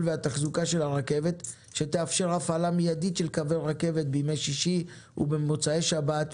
והתחזוקה של הרכבת שתאפשר הפעלה מיידית של קווי רכבת בימי שישי ובמוצאי שבת,